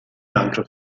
altro